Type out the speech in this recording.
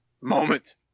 moment